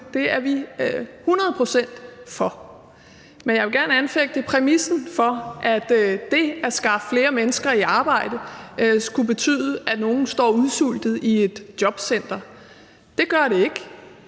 Det er vi hundrede procent for. Men jeg vil gerne anfægte præmissen for, at det at skaffe flere mennesker i arbejde skulle betyde, at nogle står udsultet i et jobcenter – det gør det ikke.